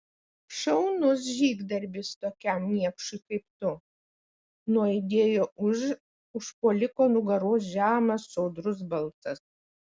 šaunus žygdarbis tokiam niekšui kaip tu nuaidėjo už užpuoliko nugaros žemas sodrus balsas